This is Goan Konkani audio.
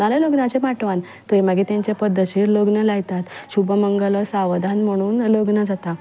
नाजाल्यार लग्नाच्य माटवान थंय मागीर पद्दतशीर लग्न लायतात शुभमंगल सावधान म्हणून लग्न जाता